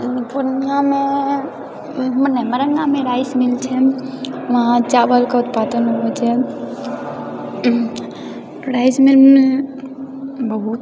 पूर्णियामे मने मरन्नामे राइस मिल छै वहाँ चावलके उत्पादन होइ छै राइस मिलमे बहुत